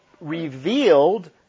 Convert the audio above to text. revealed